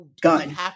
gun